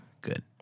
Good